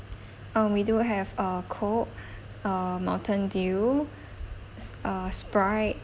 uh we do have uh Coke uh Mountain Dew uh Sprite